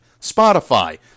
Spotify